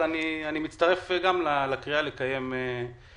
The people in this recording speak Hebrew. אבל אני מצטרף גם לקריאה לקיים דיון.